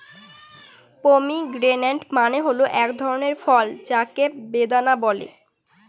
pomegranate মানে হল এক ধরনের ফল যাকে বেদানা বলে